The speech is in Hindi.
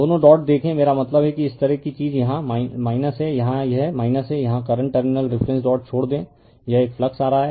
दोनों डॉट देखें मेरा मतलब है कि इस तरह की चीज़ यहाँ है यहां यह है यहां करंट टर्मिनल रिफरेन्स डॉट छोड़ दें यह एक फ्लक्स आ रहा है